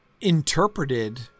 interpreted